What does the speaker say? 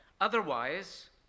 otherwise